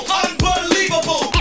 unbelievable